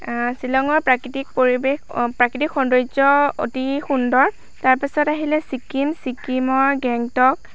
শ্বিলঙৰ প্ৰাকৃতিক পৰিৱেশ অ প্ৰাকৃতিক সৌন্দৰ্য অতি সুন্দৰ তাৰপিছত আহিলে ছিকিম ছিকিমৰ গেংটক